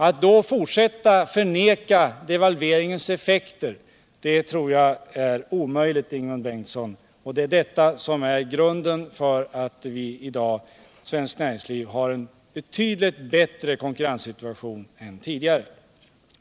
Att då fortsätta att förneka devalveringarnas effekter tror jag är omöjligt, Ingemund Bengtsson. Det är de som är grunden för att svenskt näringsliv i dag har en betydligt bättre konkurrenssituation än tidigare.